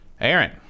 Aaron